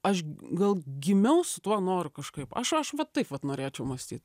aš gal gimiau su tuo noru kažkaip aš aš vat taip vat norėčiau mąstyt